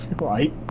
right